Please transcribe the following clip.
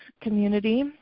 community